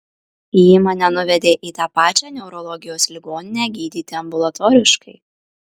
ji mane nuvedė į tą pačią neurologijos ligoninę gydyti ambulatoriškai